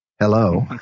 Hello